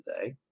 today